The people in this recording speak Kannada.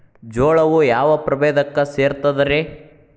ಜೋಳವು ಯಾವ ಪ್ರಭೇದಕ್ಕ ಸೇರ್ತದ ರೇ?